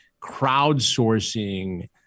crowdsourcing